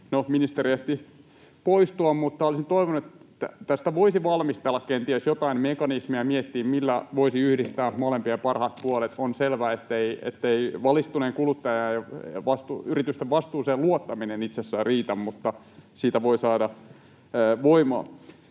ministeri ehti poistua, mutta olisin toivonut, että tästä voisi valmistella kenties jotain mekanismia ja miettiä, millä voisi yhdistää molempien parhaat puolet. On selvä, ettei valistuneiden kuluttajien ja yritysten vastuuseen luottaminen itsessään riitä, mutta siitä voi saada voimaa